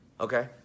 okay